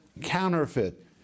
counterfeit